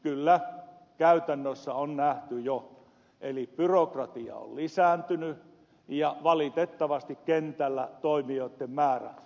kyllä käytännössä on nähty jo että byrokratia on lisääntynyt ja valitettavasti kentällä toimijoitten määrä vähentynyt